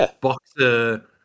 boxer